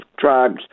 drugs